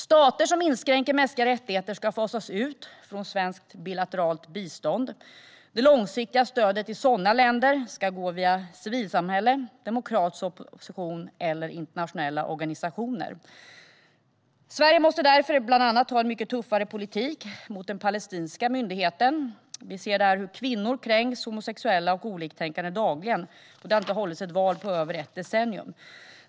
Stater som inskränker mänskliga rättigheter ska fasas ut från svenskt bilateralt bistånd. Det långsiktiga stödet till sådana länder ska gå via civilsamhälle, demokratisk opposition eller internationella organisationer. Sverige måste därför ha en mycket tuffare politik mot bland andra den palestinska myndigheten. Vi ser hur kvinnor, homosexuella och oliktänkande kränks där dagligen, och det har inte hållits val där på över ett decennium.